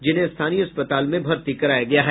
जिन्हें स्थानीय अस्पतालों में भर्ती कराया गया है